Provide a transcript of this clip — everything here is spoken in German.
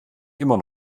immer